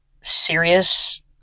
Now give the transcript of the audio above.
serious